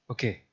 Okay